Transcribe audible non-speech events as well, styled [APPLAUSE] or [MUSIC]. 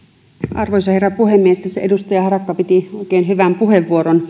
arvoisa herra puhemies edustaja harakka piti oikein hyvän puheenvuoron [UNINTELLIGIBLE]